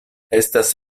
estas